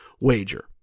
wager